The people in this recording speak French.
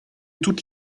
toute